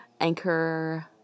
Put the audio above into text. anchor